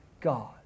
God